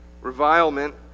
revilement